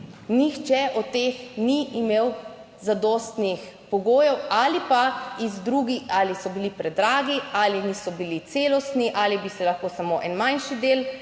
Nihče od teh ni imel zadostnih pogojev ali pa iz drugih, ali so bili predragi ali niso bili celostni, ali bi se lahko samo en manjši del